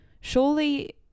surely